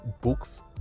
books